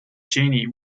genie